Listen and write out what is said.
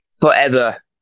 Forever